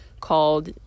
called